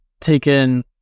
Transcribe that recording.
taken